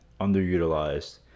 underutilized